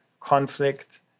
conflict